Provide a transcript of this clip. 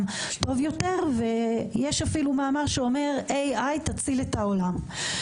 טוב יותר ויש אפילו מאמר של מארק אנדרסון שאומר ש-AI תציל את העולם.